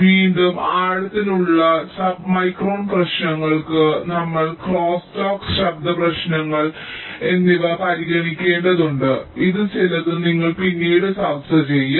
വീണ്ടും ആഴത്തിലുള്ള sub micron പ്രശ്നങ്ങൾക്ക് നമ്മൾ ക്രോസ് ടോക്ക് ശബ്ദ പ്രശ്നങ്ങൾ എന്നിവ പരിഗണിക്കേണ്ടതുണ്ട് ഇതിൽ ചിലത് ഞങ്ങൾ പിന്നീട് ചർച്ച ചെയ്യും